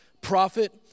Prophet